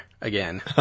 again